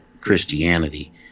Christianity